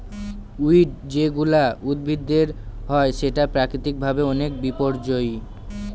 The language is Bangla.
উইড যেগুলা উদ্ভিদের হয় সেটা প্রাকৃতিক ভাবে অনেক বিপর্যই